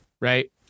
Right